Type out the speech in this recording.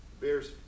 bears